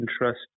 interest